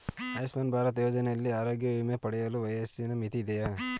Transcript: ಆಯುಷ್ಮಾನ್ ಭಾರತ್ ಯೋಜನೆಯಲ್ಲಿ ಆರೋಗ್ಯ ವಿಮೆ ಪಡೆಯಲು ವಯಸ್ಸಿನ ಮಿತಿ ಇದೆಯಾ?